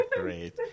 great